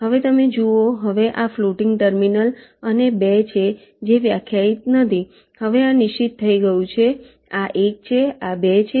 હવે તમે જુઓ હવે આ ફ્લોટિંગ ટર્મિનલ અને 2 છે જે વ્યાખ્યાયિત નથી હવે આ નિશ્ચિત થઈ ગયું છે આ 1 છે આ 2 છે